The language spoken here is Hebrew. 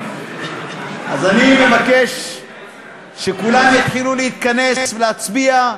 אני מבקש שכולם יתחילו להתכנס ולהצביע,